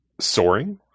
soaring